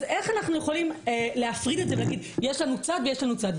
אז איך אנחנו יכולים להפריד את זה ונגיד: יש לנו צד ויש לנו צד.